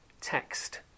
text